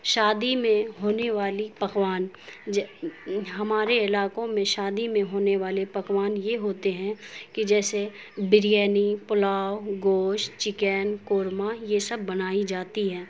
شادی میں ہونے والی پکوان ہمارے علاقوں میں شادی میں ہونے والے پکوان یہ ہوتے ہیں کہ جیسے بریانی پلاؤ گوشت چکن قورمہ یہ سب بنائی جاتی ہیں